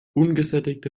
ungesättigte